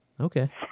Okay